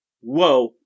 whoa